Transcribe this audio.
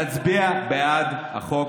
להצביע בעד החוק